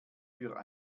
für